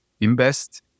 invest